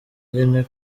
nyene